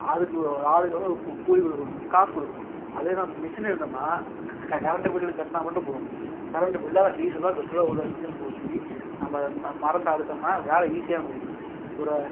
அதுக்கு இவ்வளோ ஒரு ஆளுக்கு இவ்வளோ கூ கூலி கொடுக்குணும் காசு கொடுக்குணும் அதுவே நான் மிஸினில் வெட்டினோம்னா க க க கரண்டு பில்லு கட்டினா மட்டும் போதும் கரண்டு பில்லோ டீசலோ பெட்ரோலோ ஊதுகிற மிஸினுக்கு ஊற்றி நம்ம ம மரத்தை அறுத்தோம்னா வேலை ஈஸியாக முடியும் பிறகு